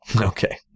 Okay